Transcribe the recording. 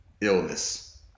illness